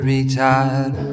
Retired